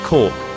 Cork